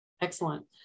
excellent